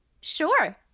Sure